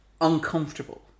uncomfortable